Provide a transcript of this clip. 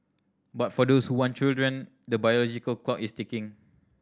but for those who want children the biological clock is ticking